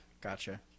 Gotcha